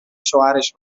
شوهرش